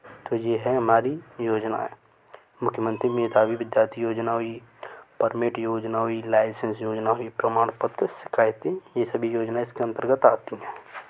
तो ये है हमारी योजनाऍं मुख्यमंत्री मेधावी विद्यार्थी योजना हुई परमिट योजना हुई लाइसेंस योजना हुई प्रमाण पत्र शिकायतें ये सभी योजनाऍं इसके अन्तर्गत आती हैं